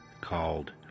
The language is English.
called